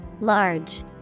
Large